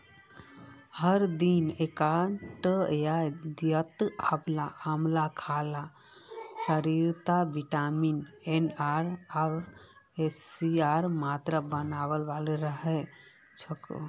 हर दिन एकटा या दिता आंवला खाल शरीरत विटामिन एर आर सीर मात्रा बनाल रह छेक